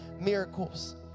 miracles